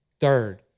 Third